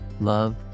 Love